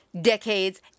decades